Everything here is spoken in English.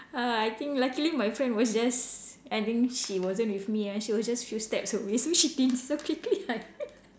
ah I think luckily my friend was just I think she wasn't with me ah she was just few steps away so she didn't so quickly I